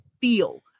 feel